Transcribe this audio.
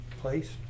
place